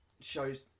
shows